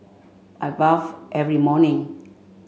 I bathe every morning